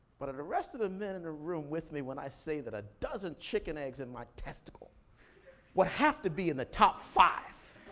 but are the rest of the men in the room with me when i say that a dozen chicken eggs in my testicle would have to be in the top five?